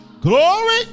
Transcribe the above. glory